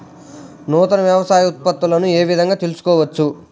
నూతన వ్యవసాయ ఉత్పత్తులను ఏ విధంగా తెలుసుకోవచ్చు?